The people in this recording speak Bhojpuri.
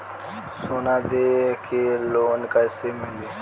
सोना दे के लोन कैसे मिली?